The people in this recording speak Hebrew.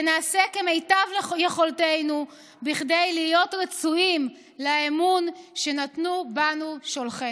ונעשה כמיטב יכולתנו בכדי להיות ראויים לאמון שנתנו בנו שולחינו.